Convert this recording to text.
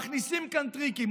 מכניסים כאן טריקים.